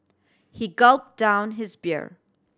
he gulped down his beer